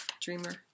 dreamer